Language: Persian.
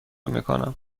میکنم